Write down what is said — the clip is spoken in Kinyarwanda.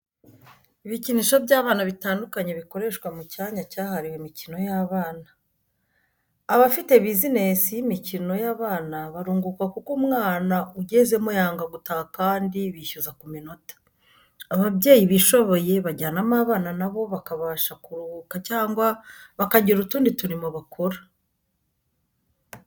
Ibikinisho by'abana bitandukanye bikoreshwa mu cyanya cyahariwe imikino y'abana. Abafite bizinesi y'imikino y'abana barunguka kuko umwana ugezemo yanga gutaha kandi bishyuza ku minota. Ababyeyi bishoboye bajyanamo abana na bo bakabasha kuruhuka cyangwa bakagira utundi turimo bakora.